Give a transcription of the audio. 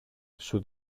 σου